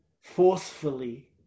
forcefully